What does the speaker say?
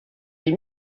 les